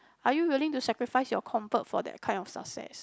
are you willing to sacrifice your comfort for that kind of success